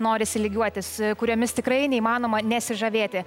norisi lygiuotis kuriomis tikrai neįmanoma nesižavėti